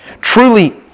Truly